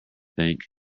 think